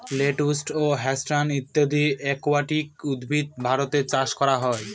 lettuce, hyacinth ইত্যাদি aquatic উদ্ভিদ ভারতে চাষ করা হয়